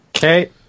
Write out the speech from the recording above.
Okay